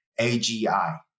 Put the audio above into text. AGI